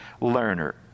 learner